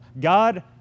God